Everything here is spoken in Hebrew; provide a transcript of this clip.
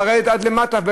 לרדת עד למטה,